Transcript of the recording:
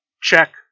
check